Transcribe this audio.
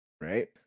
Right